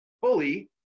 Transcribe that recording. fully